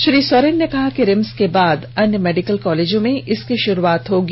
श्री सोरेन ने कहा कि रिम्स के बाद अन्य मेडिकल कॉलेजों में इसकी शुरूआत होगी